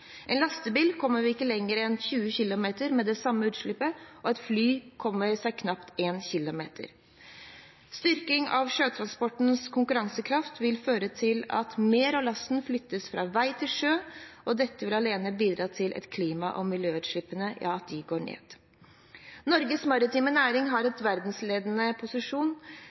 det samme utslippet, og et fly kommer knapt 1 km. Styrking av sjøtransportens konkurransekraft vil føre til at mer av lasten flyttes fra vei til sjø, og dette vil alene bidra til at klima- og miljøutslippene går ned. Norges maritime næring har en verdensledende posisjon.